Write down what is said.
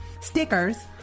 Stickers